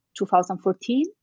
2014